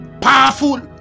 Powerful